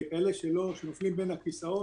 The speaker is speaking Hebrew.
לאלה שנופלים בין הכיסאות,